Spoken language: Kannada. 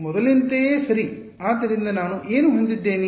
ಮೊದಲಿನಂತೆಯೇ ಸರಿ ಆದ್ದರಿಂದ ನಾನು ಏನು ಹೊಂದಿದ್ದೇನೆ